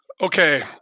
Okay